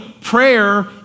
Prayer